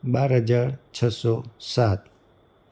બાર હજાર છસો સાત